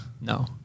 No